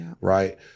Right